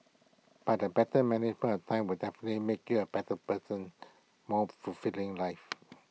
but A better management of time will definitely make you A better person more fulfilling life